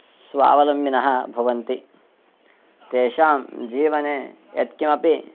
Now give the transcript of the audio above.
स्वावलम्बिनः भवन्ति तेषां जीवने यत्किमपि